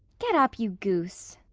get up, you goose.